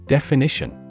Definition